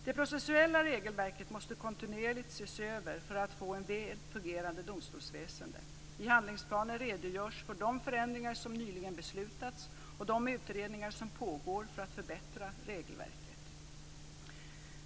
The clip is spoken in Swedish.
Det processuella regelverket måste kontinuerligt ses över för att få ett väl fungerande domstolsväsende. I handlingsplanen redogörs för de förändringar som nyligen beslutats och de utredningar som pågår för att förbättra regelverket.